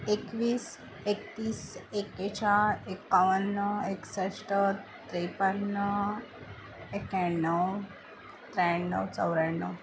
एकवीस एकतीस एकेचाळीस एकावन्न एकसष्ट त्रेपन्न एक्क्याण्णव त्र्याण्णव चौऱ्याण्णव